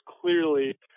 clearly